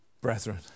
brethren